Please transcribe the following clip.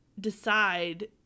Decide